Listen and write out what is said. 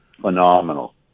phenomenal